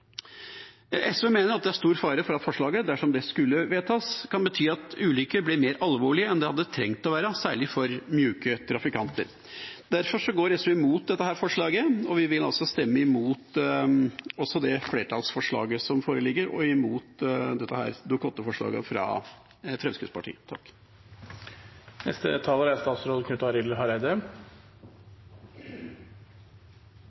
SV mener det er stor fare for at forslaget, dersom det skulle vedtas, kan bety at ulykker blir mer alvorlige enn de hadde trengt å være, særlig for myke trafikanter. Derfor går SV imot dette forslaget, og vi vil også stemme imot flertallsforslaget som foreligger, og imot Dokument 8-forslagene fra Fremskrittspartiet.